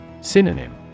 Synonym